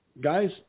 guys